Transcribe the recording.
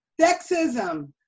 Sexism